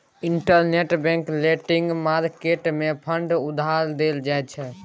interbank lending market मे fund उधार देल जाइ छै